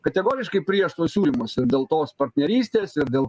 kategoriškai prieš tuos siūlymus ir dėl tos partnerystės ir dėl